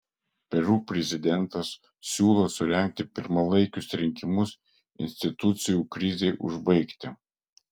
peru prezidentas siūlo surengti pirmalaikius rinkimus institucijų krizei užbaigti